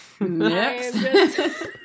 Next